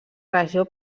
regió